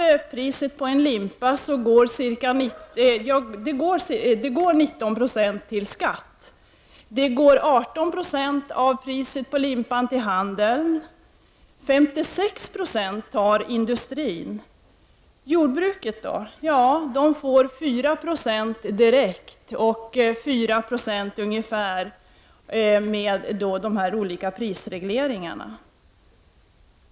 Av priset på en limpa går 19 9 till skatt. 18 90 av priset på limpan går till handeln. 56 Yo tar industrin. Jordbruket då? Ja, det får 4 Jo direkt och ungefär 4 70 med de olika prisregleringarna.